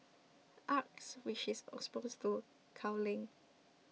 acres which is opposed to culling